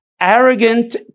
Arrogant